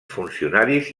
funcionaris